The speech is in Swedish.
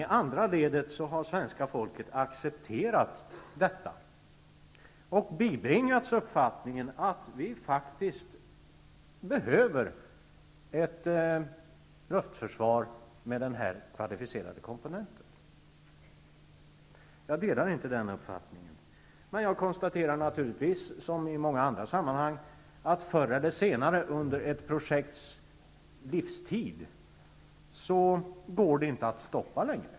I andra ledet har svenska folket sedan accepterat detta och bibringats uppfattningen att vi faktiskt behöver ett luftförsvar med den här kvalificerade komponenten. Jag delar inte den uppfattningen, men jag konstaterar som i många andra sammanhang att förr eller senare under ett projekts livstid går detta inte längre att stoppa.